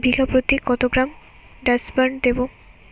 বিঘাপ্রতি কত gram Dursban দেবো?